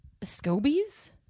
Scobies